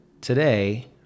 today